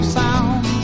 sound